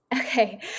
Okay